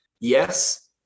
Yes